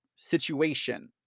situation